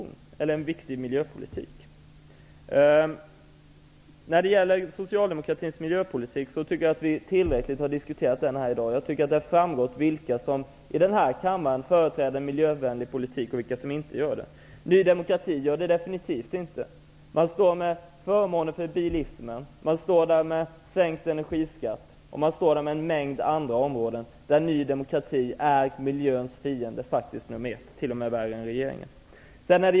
Jag tycker att vi har diskuterat socialdemokratins miljöpolitik tillräckligt här i dag. Det har framgått vilka i den här kammaren som företräder miljövänlig politik och vilka som inte gör det. Ny demokrati gör det definitivt inte. Man föreslår förmåner för bilismen, man står för sänkt energiskatt och på en mängd andra områden är Ny demokrati miljöns fiende nr 1, t.o.m. värre än regeringen.